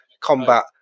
combat